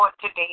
today